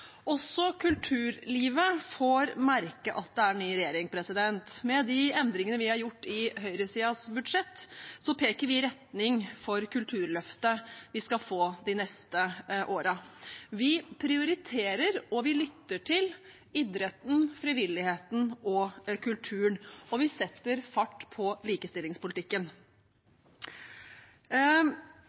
Også kulturlivet får merke at det er ny regjering. Med de endringene vi har gjort i høyresidens budsjett, peker vi retning for kulturløftet vi skal få de neste årene. Vi prioriterer – og vi lytter til – idretten, frivilligheten og kulturen, og vi setter fart på likestillingspolitikken.